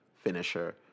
finisher